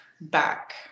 back